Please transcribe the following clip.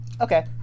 Okay